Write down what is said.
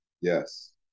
Yes